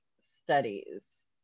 studies